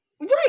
right